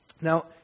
Now